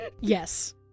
Yes